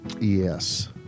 Yes